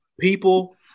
people